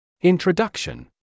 Introduction